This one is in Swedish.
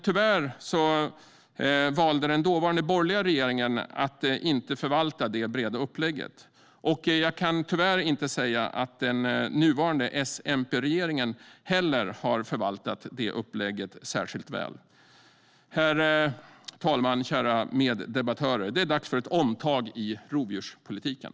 Tyvärr valde den dåvarande borgerliga regeringen att inte förvalta det breda upplägget, och jag kan tyvärr inte säga att den nuvarande S-MP-regeringen har förvaltat upplägget särskilt väl heller. Herr talman och kära meddebattörer! Det är dags för ett omtag i rovdjurspolitiken.